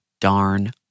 darn